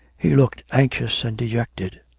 he looked anxious and dejected.